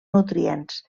nutrients